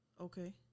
Okay